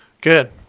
good